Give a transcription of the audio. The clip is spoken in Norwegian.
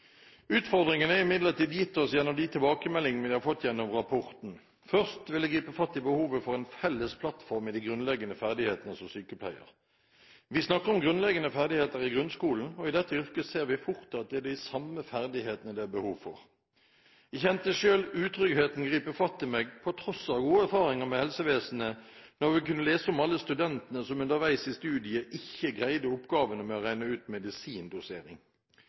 er imidlertid gitt oss gjennom de tilbakemeldingene vi har fått gjennom rapporten. Først vil jeg gripe fatt i behovet for en felles plattform med tanke på de grunnleggende ferdighetene som sykepleiere skal ha. Vi snakker om grunnleggende ferdigheter i grunnskolen, og i dette yrket ser vi fort at det er de samme ferdighetene det er behov for. Jeg kjente selv utryggheten gripe fatt i meg, på tross av gode erfaringer med helsevesenet, da vi kunne lese om alle studentene som underveis i studiet ikke greide oppgavene med å regne ut medisindosering.